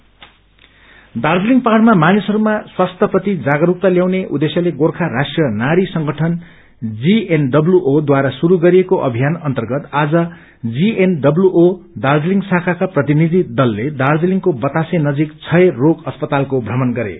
GNWO Darjeeling पहाइमा मानिसहरूमा स्वास्थ्य प्रति जागरूकता त्याउने उद्देश्यले गोर्खा राष्ट्रीय नारी संगठन जीएनडबल्यूओद्वारा शुरू गरिएको अभियान अन्तर्गत आज जीएनडबल्यूओ दार्जीलिङ शाखाका प्रतिनिधि दलले दार्जीलिङ्को बतासे नजिक क्षय रोग अस्पतालको भ्रमण गरे